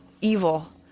evil